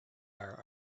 our